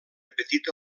petita